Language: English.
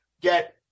get